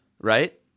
right